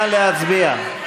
נא להצביע.